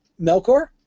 Melkor